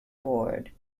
board